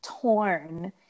torn